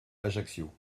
ajaccio